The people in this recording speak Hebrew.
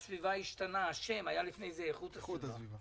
השם היה לפני כן: איכות הסביבה,